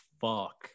fuck